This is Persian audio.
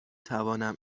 توانم